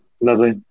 Lovely